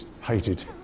hated